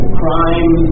crime